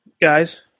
guys